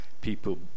people